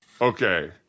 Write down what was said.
Okay